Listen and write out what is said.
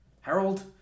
Harold